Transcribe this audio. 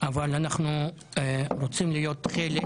אבל אנחנו רוצים להיות חלק,